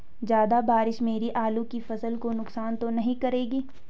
ज़्यादा बारिश मेरी आलू की फसल को नुकसान तो नहीं करेगी?